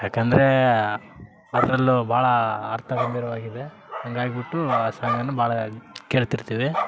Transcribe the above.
ಯಾಕಂದರೆ ಅದರಲ್ಲೂ ಭಾಳಾ ಅರ್ಥ ಹೊಂದಿರೋ ಆಗಿದೆ ಹಂಗಾಗ್ಬುಟ್ಟು ಆ ಸಾಂಗನ್ನು ಭಾಳ ಕೇಳ್ತಿರ್ತಿವಿ